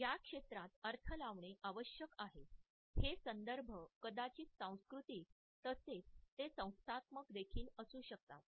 या क्षेत्रात अर्थ लावणे आवश्यक आहे हे संदर्भ कदाचित सांस्कृतिक तसेच ते संस्थात्मक देखील असू शकतात